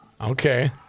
Okay